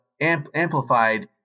amplified